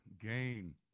game